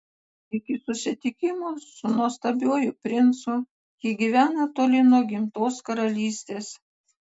iki susitikimo su nuostabiuoju princu ji gyvena toli nuo gimtos karalystės